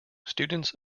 students